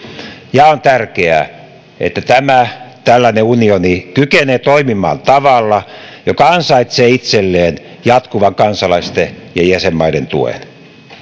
ja on tärkeää että tämä tällainen unioni kykenee toimimaan tavalla joka ansaitsee itselleen jatkuvan kansalaisten ja jäsenmaiden tuen arvoisa